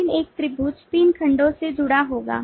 लेकिन एक त्रिभुज तीन खंडों से जुड़ा होगा